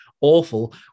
awful